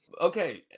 Okay